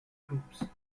groups